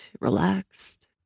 relaxed